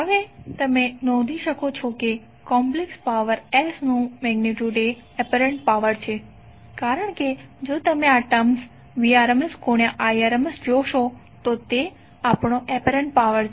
હવે તમે નોંધી શકો છો કે કોમ્પ્લેક્સ પાવર S નુ મેગ્નિટ્યુડ એ એપરન્ટ પાવર છે કારણ કે જો તમે આ ટર્મ Vrms ગુણ્યા Irms જોશો તો તે આપણો એપરન્ટ પાવર છે